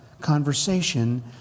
conversation